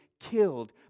killed